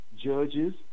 judges